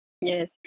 Yes